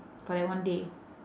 correct one day